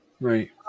Right